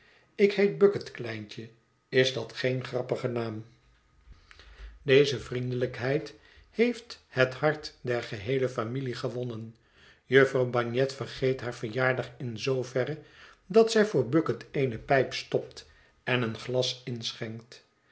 ik heet bucket kleintje is dat geen grappige naam deze vriendelijkheid heeft het hart der geheele familie gewonnen jufvrouw bagnet vergeet haar verjaardag in zooverre dat zij voor bucket eene pijp sjopt en een glas inschenkt